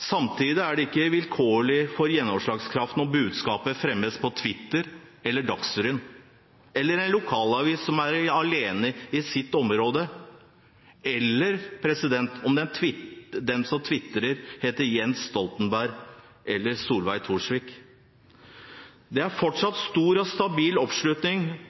Samtidig er det ikke vilkårlig for gjennomslagskraften om budskapet fremmes på Twitter, i Dagsrevyen eller i lokalavisen som er alene i sitt område – eller om den som twitrer, heter Jens Stoltenberg eller Solveig Torsvik. Det er fortsatt stor og stabil oppslutning